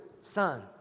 Son